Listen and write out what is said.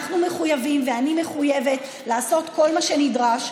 אנחנו מחויבים, ואני מחויבת, לעשות כל מה שנדרש.